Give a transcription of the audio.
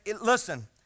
listen